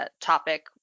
topic